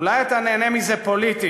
אולי אתה נהנה מזה פוליטית,